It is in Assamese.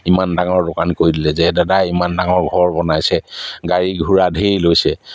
ইমান ডাঙৰ দোকান কৰি দিলে যে দাদা ইমান ডাঙৰ ঘৰ বনাইছে গাড়ী ঘোঁৰা ঢেৰ লৈছে